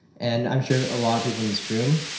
and i'm sure a lot of people in this room,